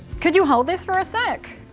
could you hold this for a sec?